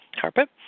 carpet